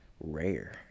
rare